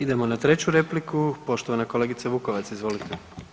Idemo na treću repliku, poštovana kolegice Vukovac, izvolite.